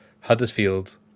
Huddersfield